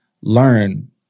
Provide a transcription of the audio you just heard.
learn